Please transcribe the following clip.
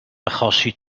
achosi